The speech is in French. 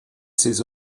ses